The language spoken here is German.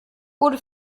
wurde